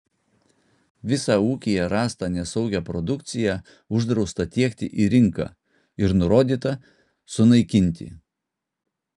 visą ūkyje rastą nesaugią produkciją uždrausta tiekti į rinką ir nurodyta sunaikinti